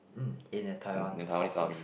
mm in a Taiwan forces